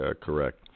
correct